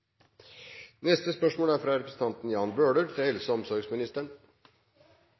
Neste spørsmål er fra representanten Ivar Odnes til klima- og